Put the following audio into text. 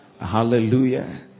Hallelujah